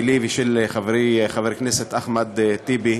שלי ושל חברי חבר הכנסת אחמד טיבי.